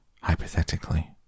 hypothetically